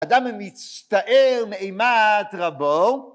אדם המצטער מאימת רבו